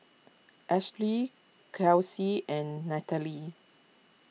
Ashely Kelsie and Natalie